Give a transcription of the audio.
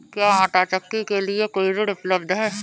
क्या आंटा चक्की के लिए कोई ऋण उपलब्ध है?